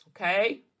okay